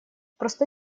просто